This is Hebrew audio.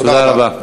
תודה רבה.